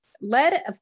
led